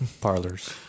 parlors